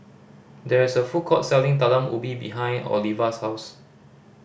there is a food court selling Talam Ubi behind Ovila's house